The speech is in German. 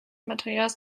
materials